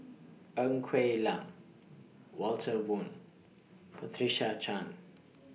Ng Quee Lam Walter Woon Patricia Chan